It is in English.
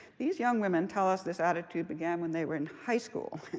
these young women tell us this attitude began when they were in high school.